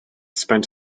spent